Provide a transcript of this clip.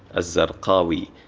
ah zarqawi,